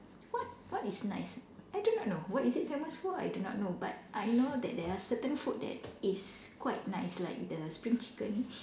what what is nice I do not know what is it famous for I do not know but I know that there are certain food that is quite nice like the spring chicken